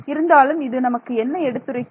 இருந்தாலும் இது நமக்கு என்ன எடுத்துரைக்கிறது